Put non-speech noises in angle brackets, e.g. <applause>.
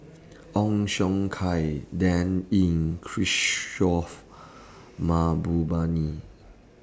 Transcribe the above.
<noise> Ong Siong Kai Dan Ying Kishore <noise> Mahbubani